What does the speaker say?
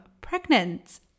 pregnant